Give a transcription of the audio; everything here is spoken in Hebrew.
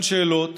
שאלות